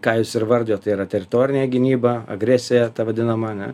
ką jūs ir vardijot tai yra teritorinė gynyba agresija ta vadinama ane